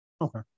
okay